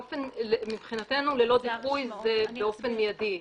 מבחינתנו ללא דיחוי זה באופן מידי.